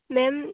ma'am